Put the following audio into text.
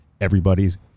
everybody's